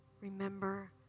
Remember